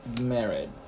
Married